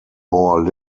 bore